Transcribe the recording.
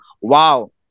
wow